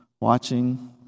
watching